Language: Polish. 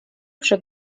przy